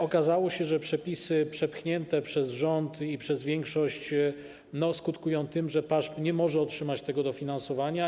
Okazało się, że przepisy przepchnięte przez rząd i przez większość skutkują tym, że PAŻP nie może otrzymać tego dofinansowania.